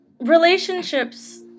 Relationships